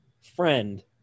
friend